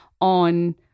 on